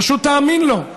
פשוט תאמין לו,